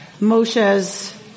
Moshe's